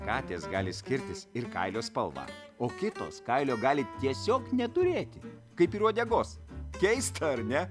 katės gali skirtis ir kailio spalva o kitos kailio gali tiesiog neturėti kaip ir uodegos keista ar ne